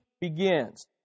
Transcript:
begins